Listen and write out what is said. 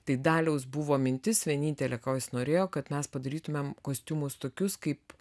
tai daliaus buvo mintis vienintelė ko jis norėjo kad mes padarytumėm kostiumus tokius kaip